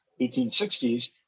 1860s